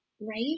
Right